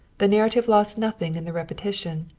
the narrative lost nothing in the repetition.